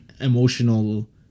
emotional